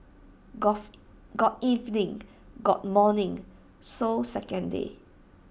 gulf got evening got morning so second day